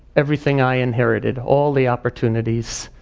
everything i inherited, all the opportunities.